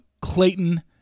Clayton